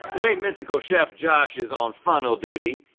today mythical chef josh is on funnel duty.